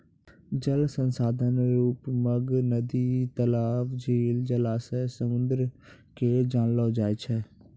जल संसाधन रुप मग नदी, तलाब, झील, जलासय, समुन्द के जानलो जाय छै